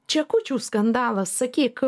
čekučių skandalas sakyk